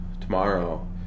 tomorrow